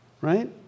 right